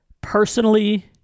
Personally